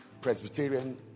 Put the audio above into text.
Presbyterian